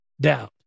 doubt